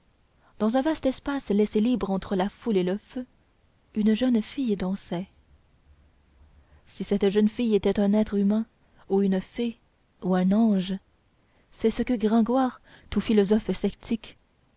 dans un vaste espace laissé libre entre la foule et le feu une jeune fille dansait si cette jeune fille était un être humain ou une fée ou un ange c'est ce que gringoire tout philosophe sceptique